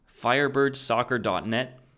firebirdsoccer.net